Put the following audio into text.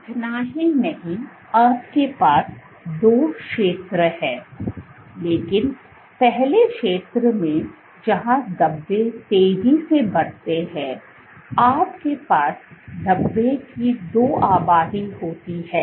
इतना ही नहीं आपके पास दो क्षेत्र हैं लेकिन पहले क्षेत्र में जहां धब्बे तेजी से बढ़ते हैं आपके पास धब्बे की दो आबादी होती है